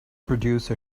produce